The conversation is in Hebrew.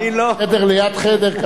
חדר ליד חדר,